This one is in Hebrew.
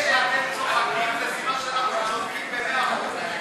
זה שאתם צוחקים זה סימן שאנחנו צודקים במאה אחוז.